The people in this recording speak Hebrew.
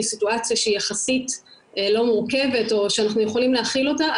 סיטואציה שהיא יחסית לא מורכבת או שאנחנו יכולים להכיל אותה,